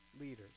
leaders